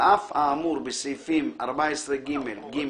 טיס, אגרות.